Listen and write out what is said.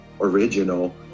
original